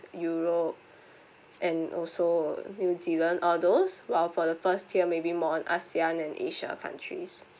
europe and also new zealand all those while for the first tier maybe more on ASEAN and asia countries